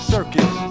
Circus